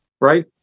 Right